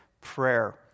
prayer